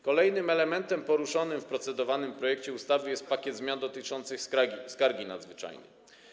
Kolejnym elementem poruszanym w procedowanym projekcie ustawy jest pakiet zmian dotyczących skargi nadzwyczajnej.